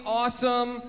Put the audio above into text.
awesome